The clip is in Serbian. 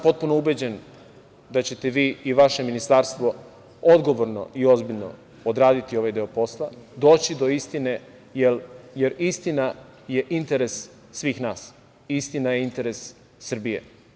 Potpuno sam ubeđen da ćete vi i vaše ministarstvo odgovorno i ozbiljno odraditi ovaj deo posla, doći do istine, jer je istina interes svih nas i istina je interes Srbije.